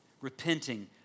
repenting